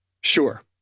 Sure